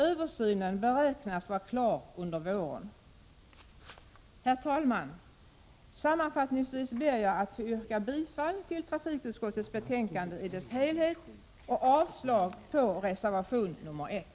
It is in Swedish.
Översynen beräknas vara klar under våren. Herr talman! Sammanfattningsvis ber jag att få yrka bifall till trafikutskottets hemställan i dess helhet och avslag på reservation 1.